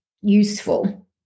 useful